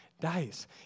dice